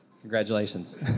Congratulations